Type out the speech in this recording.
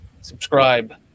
subscribe